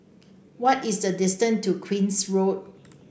what is the distance to Queen's Road